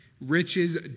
Riches